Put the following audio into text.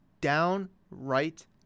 downright